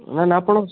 ନା ନା ଆପଣ